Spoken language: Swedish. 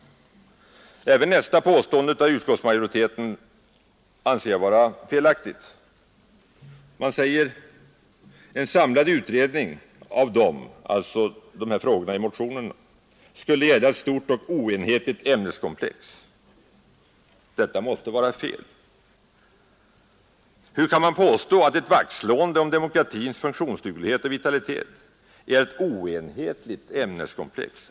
Även utskottsmajoritetens nästa påstående anser jag vara felaktigt. Man säger att en samlad utredning av frågorna i motionen skulle gälla ett stort och oenhetligt ämneskomplex. Hur kan man påstå att ett vaktslående om demokratins funktionsduglighet och vitalitet gäller ett oenhetligt ämneskomplex?